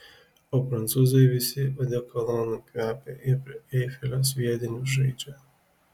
o prancūzai visi odekolonu kvepia ir prie eifelio sviediniu žaidžia